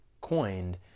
coined